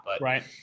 Right